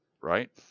right